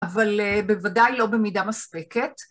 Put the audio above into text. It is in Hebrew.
אבל בוודאי לא במידה מספקת.